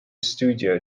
studio